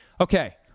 Okay